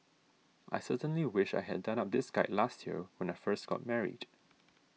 I certainly wish I had done up this guide last year when I first got married